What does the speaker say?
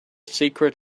secret